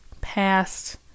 past